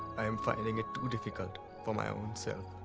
i'm finding it too difficult for my own so